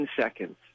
seconds